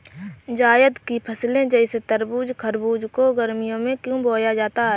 जायद की फसले जैसे तरबूज़ खरबूज को गर्मियों में क्यो बोया जाता है?